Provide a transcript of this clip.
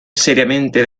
seriamente